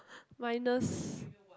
minus